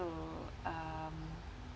so um